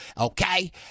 okay